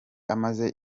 amaze